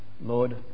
Lord